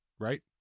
Right